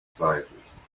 sizes